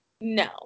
No